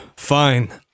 Fine